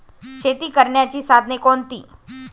शेती करण्याची साधने कोणती?